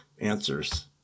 answers